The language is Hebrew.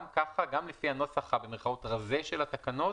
גם ככה, גם לפי הנוסח "הרזה" של התקנות